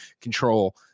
Control